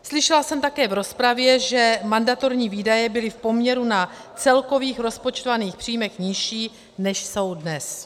Slyšela jsem také v rozpravě, že mandatorní výdaje byly v poměru na celkových rozpočtovaných příjmech nižší, než jsou dnes.